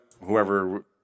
whoever